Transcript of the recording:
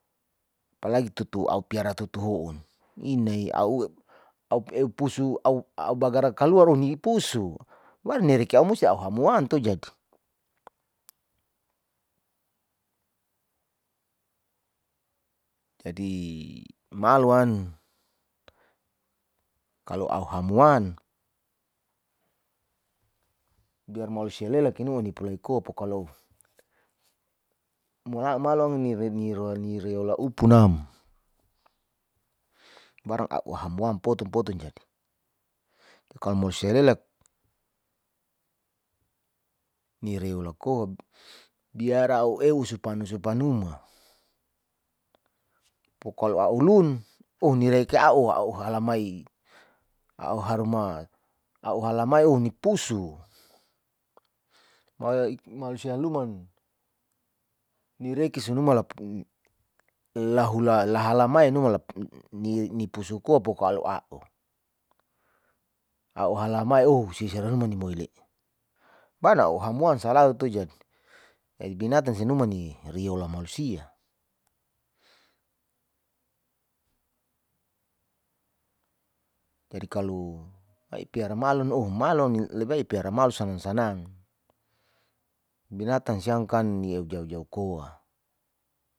Apalagi tutu a'u piara tutu hu'un inay a'u pusu eu a'u bagara kaluar oh nipusu, barnirekiau a'u musti auhamwan to jadi, jadi malowan kalo u'u hamwan biar mo sialela kinu ni pulau koa pokalo ni reola upunam barang a'u hamwam poton-poton jadi, kalo mo sialela nireola koa, bir a'u e'u supan usupan numua, pokalo a'u lun nireki a'u, a'u halamai a'u haromat a'u halamai oh nipusu mai sialuman ni rekis lahula lahalamai nipusu koa pokalo a'u, a'u halamai oh sisoiremoile bana a'u hamwan salu to jadi. Bimatan si numan ni riola malusia `jadi kalo ai piara malun oh malon ni lebai binatan siang kan nia jau-jau koa.